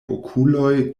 okuloj